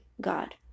God